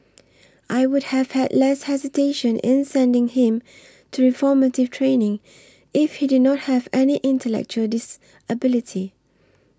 I would have had less hesitation in sending him to reformative training if he did not have any intellectual disability